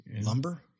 lumber